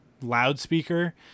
loudspeaker